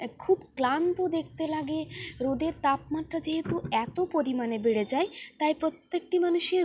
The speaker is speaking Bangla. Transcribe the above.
খুব ক্লান্ত দেখতে লাগে রোদের তাপমাত্রা যেহেতু এত পরিমাণে বেড়ে যায় তাই প্রত্যেকটি মানুষের